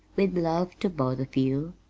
with love to both of you.